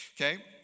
Okay